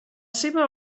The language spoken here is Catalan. seva